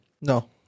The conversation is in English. No